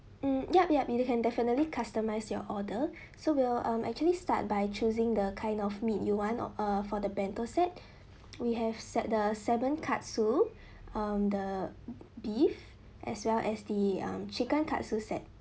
mm yup yup you can definitely customise your order so we'll um actually start by choosing the kind of meat you want or uh for the bento set we have se~ the seven katsu um the beef as well as the um chicken katsu set